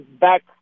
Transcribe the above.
back